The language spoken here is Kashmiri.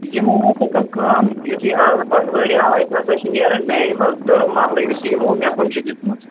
یمو ہسا کٔر کٲم یُتھے آز پٹھوٲرۍ آو اتہِ ہسا چھُ نیران میانہِ منٛز دہ مرلہٕ یم یمو مےٚ کُن چھِ دِژمژٕ